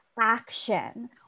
action